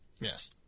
Yes